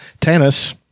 Tannis